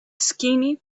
skinny